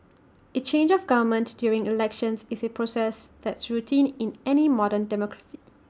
A change of government during elections is A process that's routine in any modern democracy